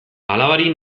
alabari